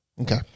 Okay